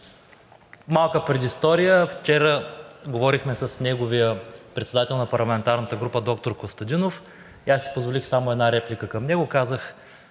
Малко предистория. Вчера говорихме с председателя на парламентарната група доктор Костадинов и си позволих само една реплика към него и казах: